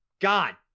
god